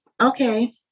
okay